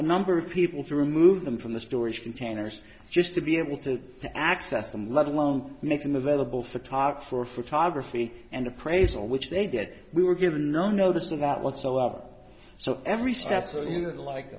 a number of people to remove them from the storage containers just to be able to access them let alone make them available to talk for photography and appraisal which they did we were given no notice of that whatsoever so every